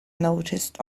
noticed